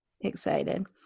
excited